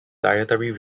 dietary